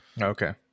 Okay